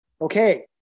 okay